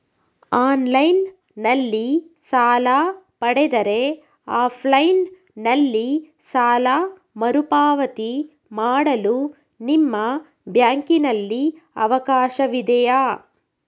Online ನಲ್ಲಿ ಸಾಲ ಪಡೆದರೆ ಆಫ್ಲೈನ್ ನಲ್ಲಿ ಸಾಲ ಮರುಪಾವತಿ ಮಾಡಲು ನಿಮ್ಮ ಬ್ಯಾಂಕಿನಲ್ಲಿ ಅವಕಾಶವಿದೆಯಾ?